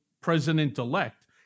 president-elect